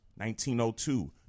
1902